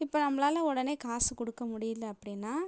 இப்போ நம்மளால உடனே காசு கொடுக்க முடியலை அப்படின்னா